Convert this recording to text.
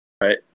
Right